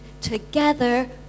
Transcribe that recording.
together